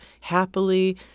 happily